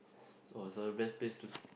so so the best place to